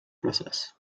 process